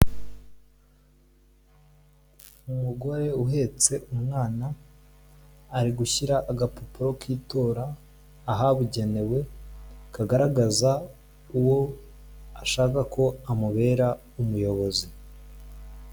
Umugore uhetse umwana, ari gushyira agapapuro k'itora ahabugenewe, kagaragaza uwo ashaka ko amubera umuyobozi.